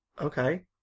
Okay